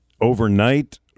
overnight